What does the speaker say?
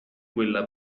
quella